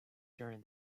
during